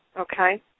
Okay